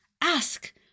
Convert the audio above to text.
ask